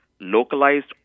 localized